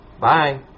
bye